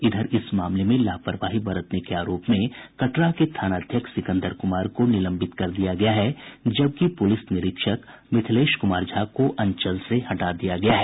इधर इस मामले में लापरवाही बरतने के आरोप में कटरा के थानाध्यक्ष सिकंदर कुमार को निलंबित कर दिया गया है जबकि पुलिस निरीक्षक मिथिलेश कुमार झा को अंचल से हटा दिया गया है